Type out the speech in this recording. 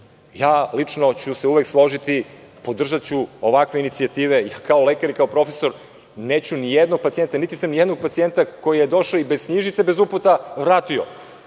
Lično ću se uvek složiti, podržaću ovakve inicijative i kao lekar i kao profesor, neću ni jednog pacijenta, niti sam i jednog pacijenta koji je došao bez knjižice i bez uputa vratio,